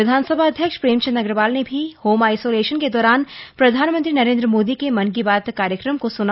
विधानसभा अध्यक्ष प्रेमचंद अग्रवाल ने भी होम आइसोलेशन के दौरान प्रधानमंत्री नरेंद्र मोदी के मन की बात कार्यक्रम को सुना